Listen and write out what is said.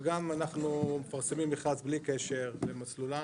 וגם אנחנו מפרסמים מכרז בלי קשר למסלולן